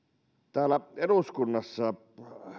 täällä eduskunnassa